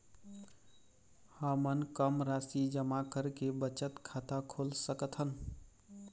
हमन कम राशि जमा करके बचत खाता खोल सकथन?